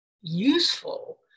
useful